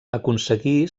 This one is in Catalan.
aconseguí